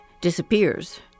disappears